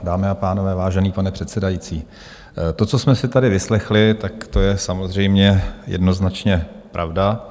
Dámy a pánové, vážený pane předsedající, to, co jsme si tady vyslechli, to je samozřejmě jednoznačně pravda.